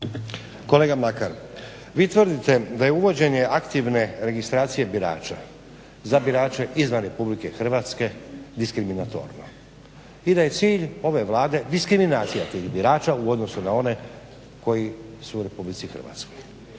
Kolega Mlakar, vi tvrdite da je uvođenje aktivne registracije birača za birače izvan Republike Hrvatske diskriminatorno i da je cilj ove Vlade diskriminacija tih birača u odnosu na one koji su u Republici Hrvatskoj